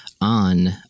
on